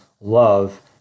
love